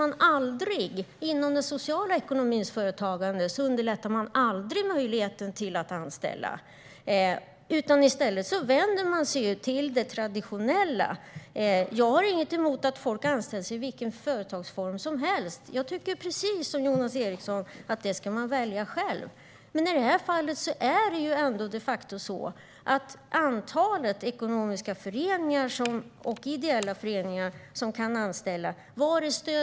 För den sociala ekonomins företagande underlättar man aldrig möjligheten att anställa. I stället vänder man sig till det traditionella. För mig får folk anställas i vilken företagsform som helst. Precis som Jonas Eriksson tycker jag att man ska välja själv. Men var är stödet till ekonomiska och ideella föreningar som vill anställa?